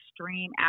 extreme